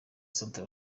centre